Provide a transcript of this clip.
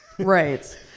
Right